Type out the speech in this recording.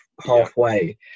halfway